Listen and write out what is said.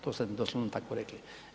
To ste doslovno tako rekli.